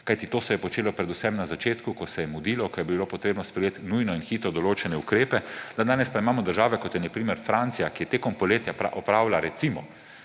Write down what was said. kajti to se je počelo predvsem na začetku, ko se je mudilo, ko je bilo treba sprejeti nujno in hitro določene ukrepe. Dandanes pa imamo države, kot je na primer Francija, ki je tekom poletja opravila recimo